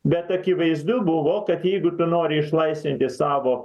bet akivaizdu buvo kad jeigu tu nori išlaisvinti savo